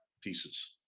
pieces